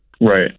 Right